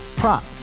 prop